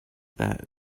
that